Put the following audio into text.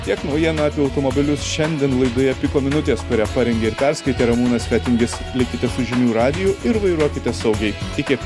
tiek naujienų apie automobilius šiandien laidoje piko minutės kurią parengė ir perskaitė ramūnas fetingis likite su žinių radiju ir vairuokite saugiai iki